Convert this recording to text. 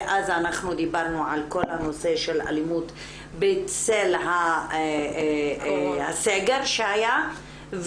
ואז אנחנו דיברנו על כל הנושא של אלימות בצל הסגר שהיה,